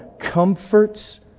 comforts